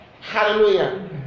Hallelujah